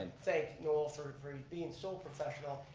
and thank noel for for and being so professional,